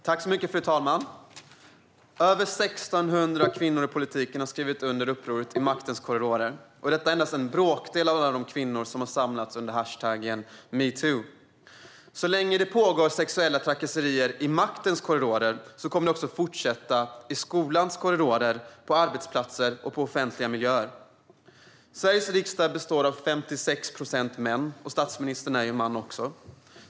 Fru talman! Över 1 600 kvinnor inom politiken har skrivit under uppropet imaktenskorridorer, och detta är endast en bråkdel av alla de kvinnor som har samlats under hashtaggen #metoo. Så länge sexuella trakasserier pågår i maktens korridorer kommer de också att fortsätta i skolans korridorer, på arbetsplatser och i offentliga miljöer. Sveriges riksdag består av 56 procent män, och även statsministern är man.